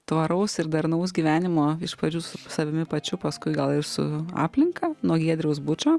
tvaraus ir darnaus gyvenimo iš pradžių su savimi pačiu paskui gal ir su aplinka nuo giedriaus bučo